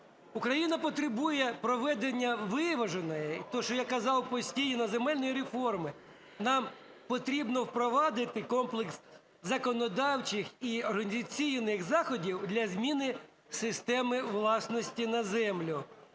Україна потребує проведення виваженої, те, що я казав постійно, земельної реформи. Нам потрібно впровадити комплекс законодавчих і організаційних заходів для зміни системи власності на землю